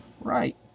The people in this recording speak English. Right